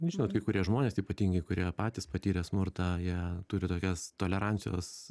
žinot kai kurie žmonės ypatingai kurie patys patyrę smurtą ją turi tokias tolerancijos